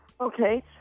Okay